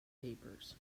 papers